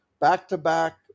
back-to-back